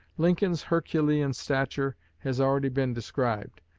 lincoln's herculean stature has already been described.